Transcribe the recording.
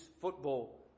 football